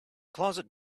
closet